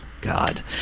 God